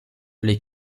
les